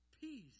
peace